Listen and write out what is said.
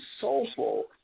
soulful